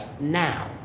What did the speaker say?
now